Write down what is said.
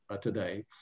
today